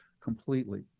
completely